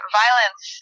violence